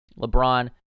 LeBron